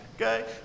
Okay